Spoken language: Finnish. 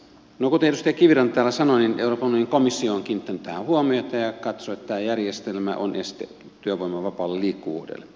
no kuten edustaja kiviranta täällä sanoi euroopan unionin komissio on kiinnittänyt tähän huomiota ja katsoo että tämä järjestelmä on este työvoiman vapaalle liikkuvuudelle